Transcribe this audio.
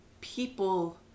people